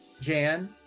Jan